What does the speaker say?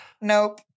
Nope